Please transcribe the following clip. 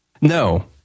no